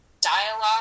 dialogue